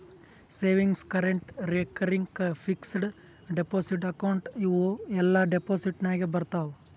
savings, current, recurring, fixed deposit account ಇವೂ ಎಲ್ಲಾ deposit ನಾಗೆ ಬರ್ತಾವ್